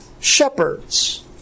shepherds